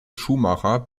schuhmacher